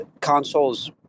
console's